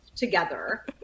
together